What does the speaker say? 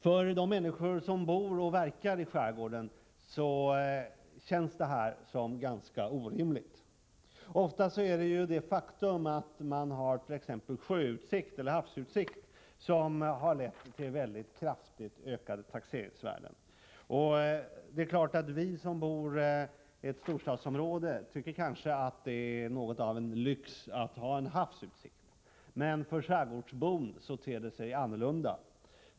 För de människor som bor och verkar i skärgården känns detta som ganska orimligt. Ofta är det det faktum att man har t.ex. sjöutsikt eller havsutsikt som har lett till kraftigt ökade taxeringsvärden. Det är klart att vi som bor i ett storstadsområde kanske tycker att det är något av en lyx att ha havsutsikt, men för skärgårdsbon ter det sig annorlunda.